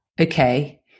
okay